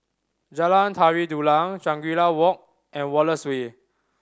Jalan Tari Dulang Shangri La Walk and Wallace Way